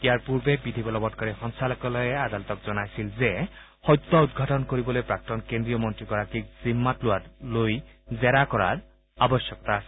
ইয়াৰ পূৰ্বে বিধিবলবংকাৰী সঞ্চালকালয়ে আদালতক জনাইছিল যে সত্য উদ্ঘাতন কৰিবলৈ প্ৰাক্তন কেন্দ্ৰীয় মন্ৰীগৰাকীক জিম্মাতলৈ জেৰাৰ কৰাৰ অৱশ্যকতা আছে